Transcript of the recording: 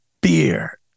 beer